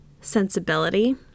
sensibility